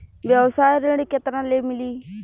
व्यवसाय ऋण केतना ले मिली?